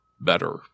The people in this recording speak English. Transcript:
Better